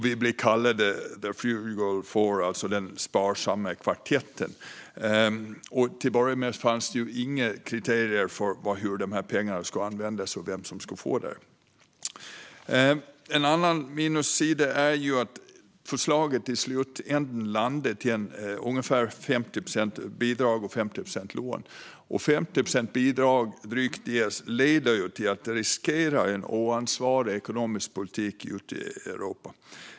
Vi blev kallade the frugal four, alltså den sparsamma kvartetten. Till att börja med fanns det inga kriterier för hur de här pengarna skulle användas och vem som skulle få dem. En annan minussida är att förslaget i slutändan landar på ungefär 50 procent bidrag och 50 procent lån. Drygt 50 procents bidrag leder till att man riskerar en oansvarig ekonomisk politik ute i Europa.